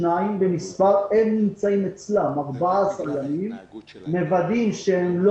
והם נמצאים אצלם 14 ימים ומוודאים שהם לא